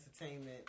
entertainment